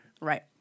Right